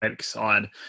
side